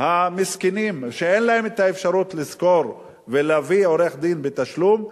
המסכנים שאין להם האפשרות לשכור ולהביא עורך-דין בתשלום,